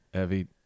Evie